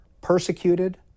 Persecuted